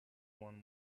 one